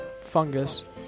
fungus